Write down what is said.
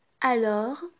alors